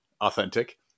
Authentic